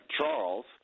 Charles